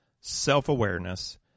self-awareness